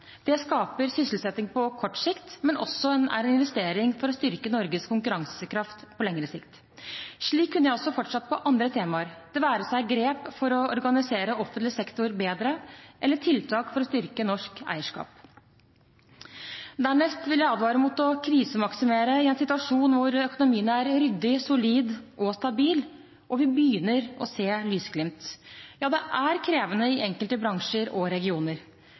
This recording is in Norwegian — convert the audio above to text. Det skaper sysselsetting på kort sikt, men er også en investering for å styrke Norges konkurransekraft på lengre sikt. Slik kunne jeg fortsatt også på andre temaer, det være seg grep for å organisere offentlig sektor bedre eller tiltak for å styrke norsk eierskap. Dernest vil jeg advare mot å krisemaksimere i en situasjon hvor økonomien er ryddig, solid og stabil, og vi begynner å se lysglimt. Ja, det er krevende i enkelte bransjer og regioner.